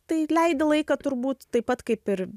tai leidi laiką turbūt taip pat kaip ir